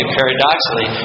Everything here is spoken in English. paradoxically